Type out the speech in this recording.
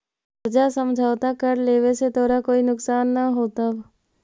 कर्जा समझौता कर लेवे से तोरा कोई नुकसान न होतवऽ